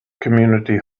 community